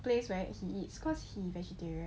place where he eats cause he vegetarian